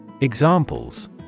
Examples